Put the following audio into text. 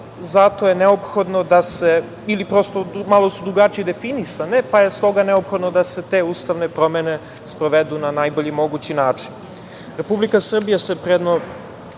zato je neophodno da se, ili prosto malu su drugačije definisane, pa je stoga neophodno da se te ustavne promene sprovedu na najbolji mogući način. Republika Srbija se pre